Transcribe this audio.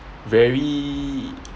very